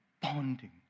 bonding